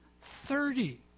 thirty